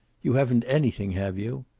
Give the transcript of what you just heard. you haven't anything, have you?